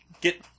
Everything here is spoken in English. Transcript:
get